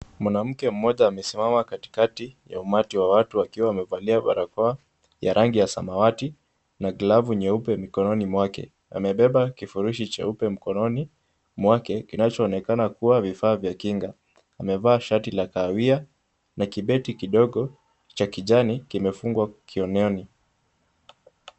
Mwanamke mmoja amesimama katikati ya umati wa watu akiwa amevalia barakoa ya rangi ya samawati na glavu nyeupe mikononi mwake. Amebeba kifurushi cheupe mkononi mwake kinachoonekana kuwa vifaa vya kinga. Amevaa shati la kahawia na kibeti kidogo cha kijani kimefungwa kiunoni.